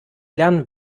lernen